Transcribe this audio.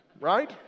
right